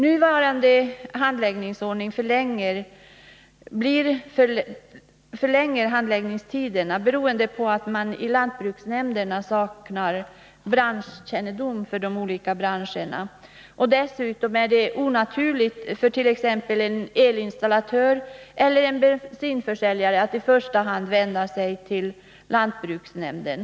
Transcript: Nuvarande handläggningsordning förlänger handläggningstiderna beroende på att man i lantbruksnämnderna saknar branschkännedom beträffande de olika branscherna. Dessutom är det onaturligt för t.ex. en elinstallatör eller en bensinförsäljare att i första hand vända sig till lantbruksnämnden.